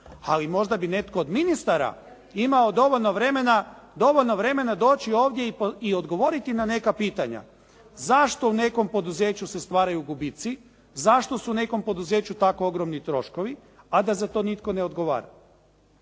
ali možda bi netko od ministara imao dovoljno vremena doći ovdje i odgovoriti na neka pitanja zašto u nekom poduzeću se stvaraju gubici, zašto su u nekom poduzeću tako ogromni troškovi a da za to nitko ne odgovara.